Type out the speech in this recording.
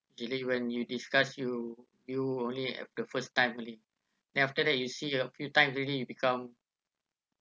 elaine when you disgust you you only have the first time only then after that you see a few times already you become